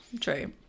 true